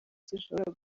sinshobora